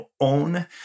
own